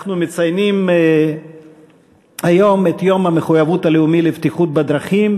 אנחנו מציינים היום את יום המחויבות הלאומי לבטיחות בדרכים,